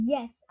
Yes